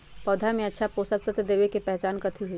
पौधा में अच्छा पोषक तत्व देवे के पहचान कथी हई?